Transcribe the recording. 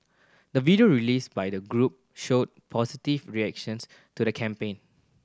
the video released by the group showed positive reactions to the campaign